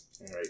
right